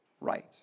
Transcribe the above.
right